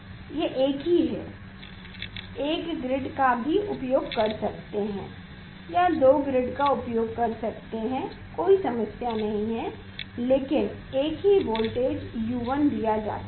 यह एक है एक ग्रिड का भी उपयोग कर सकता है या दो ग्रिड का उपयोग कर सकता है कोई समस्या नहीं है लेकिन एक ही वोल्टेज U1 दिया जाता है